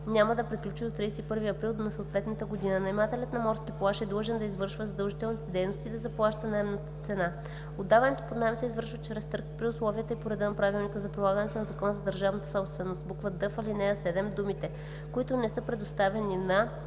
няма да приключи до 31 април на съответната година. Наемателят на морски плаж е длъжен да извършва задължителните дейности и да заплаща наемна цена. Отдаването под наем се извършва чрез търг при условията и по реда на Правилника за прилагане на Закона за държавната собственост.“; д) в ал. 7 думите „които не са предоставени на“